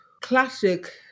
Classic